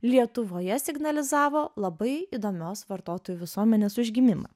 lietuvoje signalizavo labai įdomios vartotojų visuomenės užgimimą